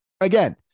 again